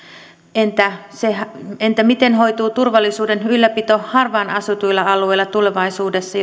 entä miten hoituu turvallisuuden ylläpito harvaan asutuilla alueilla tulevaisuudessa